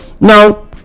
Now